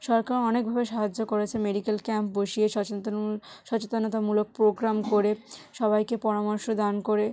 সরকার অনেকভাবে সাহায্য করেছে মেডিকেল ক্যাম্প বসিয়ে সচেতনতামূলক প্রোগ্রাম করে সবাইকে পরামর্শ দান করে